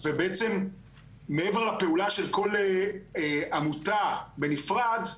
ובעצם מעבר לפעולה של כל עמותה בנפרד,